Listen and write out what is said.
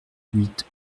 huit